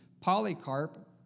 Polycarp